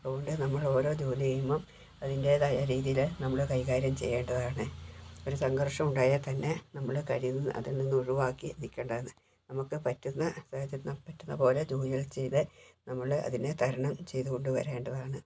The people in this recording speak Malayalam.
അതുകൊണ്ട് നമ്മൾ ഓരോ ജോലി ചെയ്യുമ്പം അതിൻ്റെതായ രീതിയിൽ നമ്മൾ കൈകാര്യം ചെയ്യേണ്ടതാണ് ഒരു സംഘർഷം ഉണ്ടായാൽ തന്നെ നമ്മൾ കഴിയുന്നതും അതിൽ നിന്ന് ഒഴിവാക്കി നിൽക്കേണ്ടതാണ് നമുക്ക് പറ്റുന്ന കാര്യം നമുക്ക് പറ്റുന്നത് പോലെ ജോലികൾ ചെയ്ത് നമ്മൾ അതിനെ തരണം ചെയ്തുകൊണ്ട് വരേണ്ടതാണ്